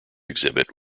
exhibit